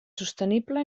sostenible